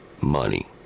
money